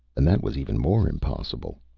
and that was even more impossible.